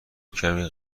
کمی